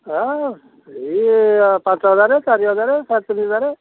ହଁ ଏଇ ପାଞ୍ଚ ହଜାର ଚାରି ହାଜର ସାଢ଼େ ଚାରି ହଜାର